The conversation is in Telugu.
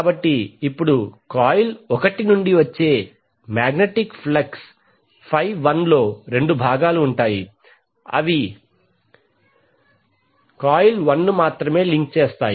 కాబట్టి ఇప్పుడు కాయిల్ 1 నుండి వచ్చే మాగ్నెటిక్ ఫ్లక్స్ 1లో 2 భాగాలు ఉంటాయి ఇవి కాయిల్ 1 ను మాత్రమే లింక్ చేస్తాయి